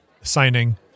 signing